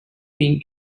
being